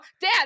dad